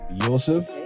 yosef